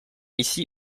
ici